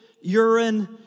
urine